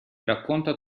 racconta